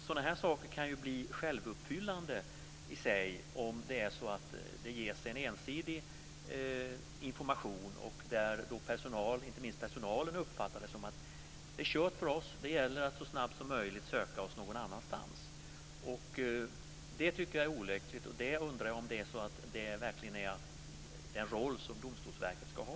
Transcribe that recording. Sådant kan bli självuppfyllande, om det ges en ensidig information och inte minst om personalen uppfattar det så att det gäller att så snabbt som möjligt söka sig någon annanstans. Jag tycker att det är olyckligt, och jag undrar om det verkligen är denna roll som Domstolsverket ska ha.